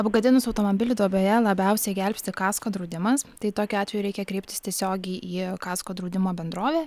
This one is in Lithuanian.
apgadinus automobilį duobėje labiausiai gelbsti kasko draudimas tai tokiu atveju reikia kreiptis tiesiogiai į kasko draudimo bendrovę